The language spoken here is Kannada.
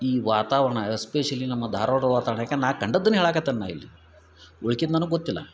ಈ ವಾತಾವರಣ ಎಸ್ಪೆಶಲಿ ನಮ್ಮ ಧಾರ್ವಾಡದ ವಾತಾವರಣ ಯಾಕಂದ್ರೆ ನಾ ಕಂಡದ್ದನ್ನು ಹೇಳಕತ್ತೇನೆ ನಾ ಇಲ್ಲಿ ಉಳ್ದಿದ್ ನನಗೆ ಗೊತ್ತಿಲ್ಲ